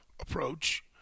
approach